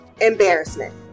embarrassment